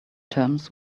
terms